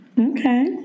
Okay